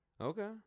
okay